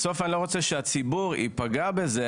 אני לא רוצה שהציבור ייפגע בכך